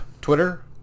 Twitter